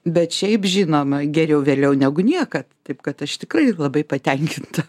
bet šiaip žinoma geriau vėliau negu niekad taip kad aš tikrai labai patenkinta